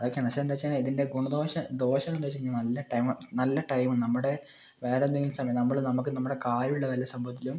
അതൊക്കെയാണ് വെച്ചാൽ എന്താണ് വെച്ചാൽ ഇതിൻ്റെ ഗുണദോഷ ദോഷങ്ങൾ എന്താണ് വെച്ചാൽ നല്ല ടൈം നല്ല ടൈം നമ്മുടെ വേറെ എന്തെങ്കിലും സമയം നമ്മൾ നമുക്ക് നമ്മുടെ കാര്യം ഉള്ള വല്ല സംഭവത്തിലും